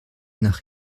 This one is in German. nach